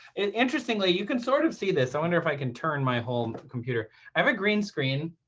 and interestingly, you can sort of see this. i wonder if i can turn my home computer. i have a green screen.